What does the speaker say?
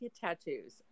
tattoos